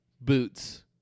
Boots